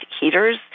heaters